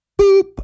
Boop